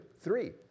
three